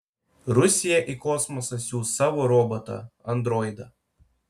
rusija į kosmosą siųs savo robotą androidą